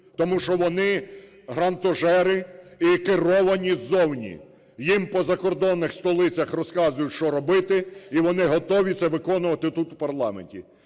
Тому що вони грантожери і керовані ззовні, їм по за кордонних столицях розказують, що робити, і вони готові це виконувати тут, в парламенті.